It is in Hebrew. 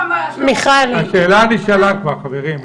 השאלה נשאלה כבר, חברים.